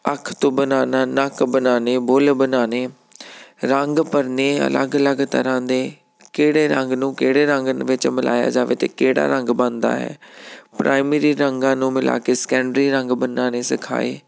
ਅੱਖ ਤੋਂ ਬਣਾਉਣਾ ਨੱਕ ਬਣਾਉਣੇ ਬੁੱਲ੍ਹ ਬਣਾਉਣੇ ਰੰਗ ਭਰਨੇ ਅਲੱਗ ਅਲੱਗ ਤਰ੍ਹਾਂ ਦੇ ਕਿਹੜੇ ਰੰਗ ਨੂੰ ਕਿਹੜੇ ਰੰਗ ਵਿੱਚ ਮਿਲਾਇਆ ਜਾਵੇ ਤਾਂ ਕਿਹੜਾ ਰੰਗ ਬਣਦਾ ਹੈ ਪ੍ਰਾਈਮਰੀ ਰੰਗਾਂ ਨੂੰ ਮਿਲਾ ਕੇ ਸਕੈਂਡਰੀ ਰੰਗ ਬਣਾਉਣੇ ਸਿਖਾਏ